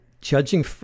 judging